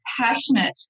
passionate